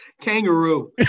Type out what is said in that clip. kangaroo